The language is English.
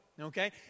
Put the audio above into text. Okay